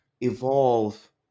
evolve